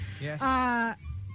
Yes